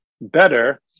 better